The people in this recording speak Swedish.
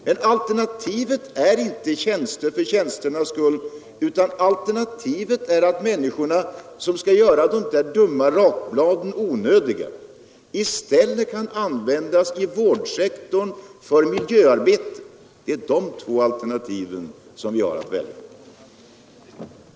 Men alternativet är inte tjänster för tjänsternas skull, utan alternativet är att de människor som skall göra de här dumma rakbladen onödiga i stället kan användas i vårdsektorn eller för miljöarbete. Det är dessa två alternativ vi har att välja mellan.